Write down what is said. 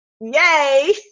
Yay